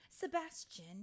Sebastian